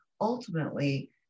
ultimately